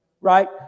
right